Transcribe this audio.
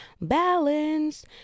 balance